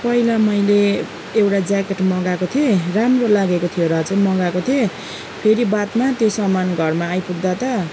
पहिला मैले एउटा ज्याकेट मगाएको थिएँ राम्रो लागेको थियो र चाहिँ मगाएको थिएँ फेरि बादमा त्यो सामान घरमा आइपुग्दा त